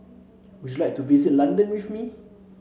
would you like to visit London with me